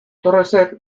torresek